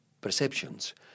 perceptions